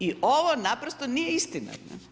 I ovo naprosto nije istina.